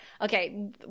Okay